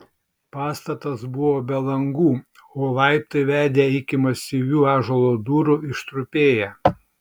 pastatas buvo be langų o laiptai vedę iki masyvių ąžuolo durų ištrupėję